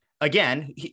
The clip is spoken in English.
again